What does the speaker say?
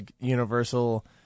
Universal